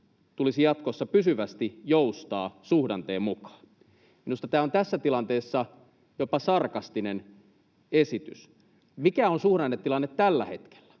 tulisi jatkossa pysyvästi joustaa suhdanteen mukaan. Minusta tämä on tässä tilanteessa jopa sarkastinen esitys. Mikä on suhdannetilanne tällä hetkellä?